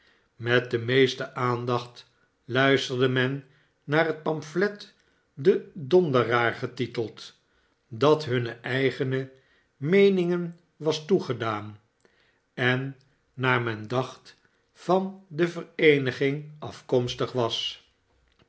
met de meeste aandacht luisterde men naar een pamphlet de bonder aar getiteld dat hunne eigene meeningen was toegedaan en naar men dacht van de vereeniging afkomstig was